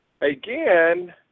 Again